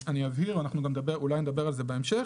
אבהיר אנחנו אולי נדבר על זה בהמשך